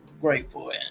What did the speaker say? grateful